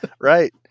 right